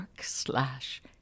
slash